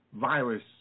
virus